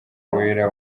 wera